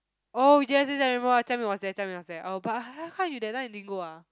oh yes yes yes I remember jia ming was there jia ming was there oh but ha~ how you that time you didn't go ah